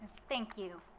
thank you.